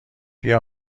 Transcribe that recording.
بیا